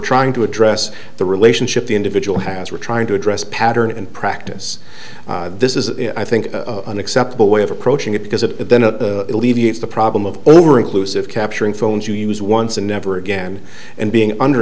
trying to address the relationship the individual has we're trying to address a pattern and practice this is i think an acceptable way of approaching it because it then levy it's the problem of over inclusive capturing phones you use once and never again and being under